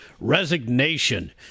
resignation